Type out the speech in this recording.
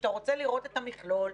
שאתה רוצה לראות את המכלול,